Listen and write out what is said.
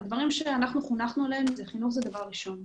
והדברים שאנחנו חונכנו עליהם זה שחינוך הוא דבר ראשון.